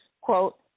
quote